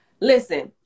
Listen